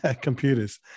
computers